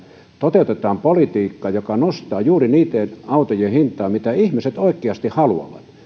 toteutetaan politiikkaa joka nostaa juuri niitten autojen hintaa mitä ihmiset oikeasti haluavat